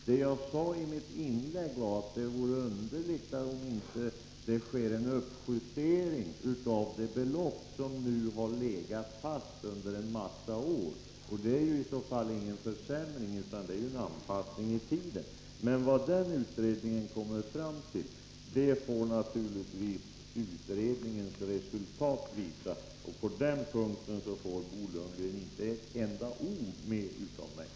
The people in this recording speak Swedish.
Det jag sade i mitt huvudanförande var att det vore underligt om det inte sker en uppjustering av det belopp som nu har legat fast under en massa år. Det är i så fall ingen försämring utan en anpassning i tiden. Men vad den utredningen kommer fram till får vi se när resultatet föreligger. På den punkten får Bo Lundgren inte ur mig ett enda ord till.